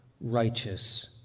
righteous